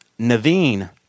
Naveen